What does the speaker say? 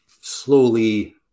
slowly